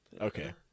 Okay